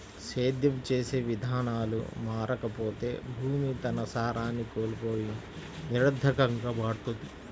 సేద్యం చేసే విధానాలు మారకపోతే భూమి తన సారాన్ని కోల్పోయి నిరర్థకంగా మారుతుంది